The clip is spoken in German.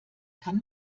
kann